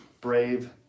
brave